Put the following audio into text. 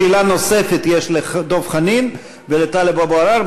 שאלה נוספת יש לדב חנין ולטלב אבו עראר.